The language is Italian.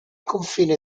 confine